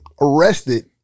arrested